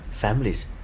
families